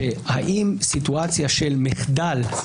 האם סיטואציה של מחדל,